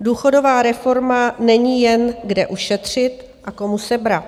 Důchodová reforma není jen, kde ušetřit a komu sebrat.